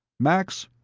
max,